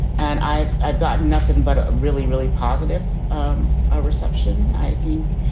and i've i've got nothing but really, really positive um ah reception. i think,